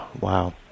Wow